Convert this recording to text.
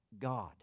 God